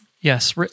Yes